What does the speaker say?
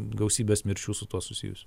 gausybės mirčių su tuo susijusių